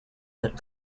that